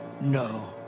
No